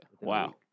Wow